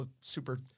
super